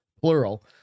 plural